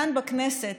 כאן בכנסת,